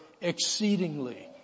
exceedingly